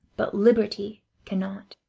but liberty cannot.